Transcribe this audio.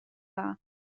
war